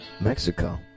Mexico